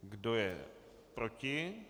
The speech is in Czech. Kdo je proti?